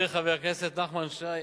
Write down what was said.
הכנסת נחמן שי,